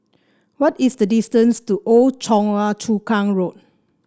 what is the distance to Old Choa Chu Kang Road